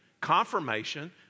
confirmation